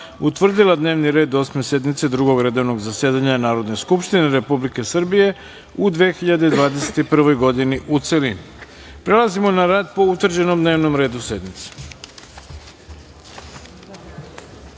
utvrdila dnevni red Osme sednice Drugog redovnog zasedanja Narodne skupštine Republike Srbije u 2021. godini, u celini. Prelazimo na rad po utvrđenom dnevnom redu sednice. Saglasno